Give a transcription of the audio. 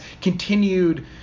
continued